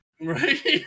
Right